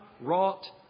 wrought